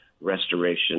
restoration